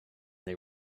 they